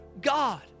God